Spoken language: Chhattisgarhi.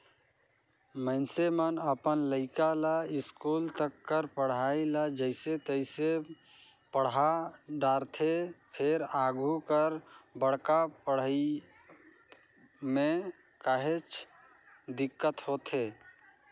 मइनसे मन अपन लइका ल इस्कूल तक कर पढ़ई ल जइसे तइसे पड़हा डारथे फेर आघु कर बड़का पड़हई म काहेच दिक्कत होथे